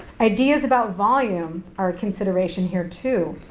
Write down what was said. ideas about volume are a consideration here too,